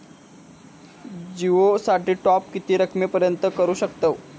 जिओ साठी टॉप किती रकमेपर्यंत करू शकतव?